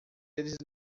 eles